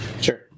Sure